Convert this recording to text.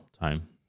time